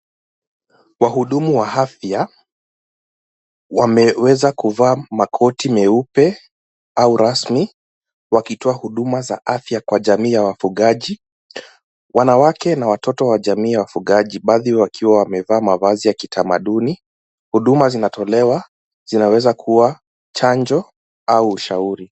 Wahudumu wa afya wameweza kuvaa makoti meupe au rasmi wakitoa huduma za afya kwa jamii ya wafugaji. Wanawake na watoto wa jamii ya wafugaji baadhi wakiwa wamevaa mavazi ya kitamaduni. Huduma zinatolewa zinaweza kuwa chanjo au ushauri.